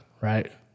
right